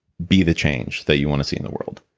be the change that you want to see in the world.